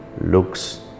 looks